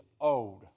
owed